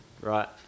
right